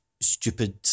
stupid